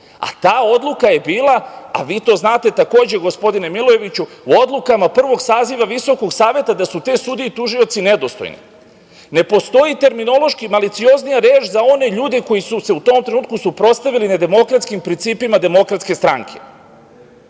a ta odluka je bila a vi to znate takođe gospodine Milojeviću, u odlukama Prvog saziva Visokog saveta da su ste sudije i tužioci nedostojni. Ne postoji terminološki malicioznija reč za one ljude koji su se u tom trenutku suprotstavili nedemokratskim principima Demokratske stranke.